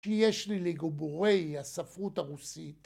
כי יש לי לגיבורי הספרות הרוסית